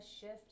Shift